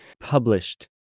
published